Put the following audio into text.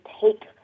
take